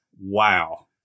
Wow